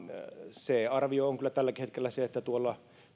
se arvio on kyllä tälläkin hetkellä se että tuolla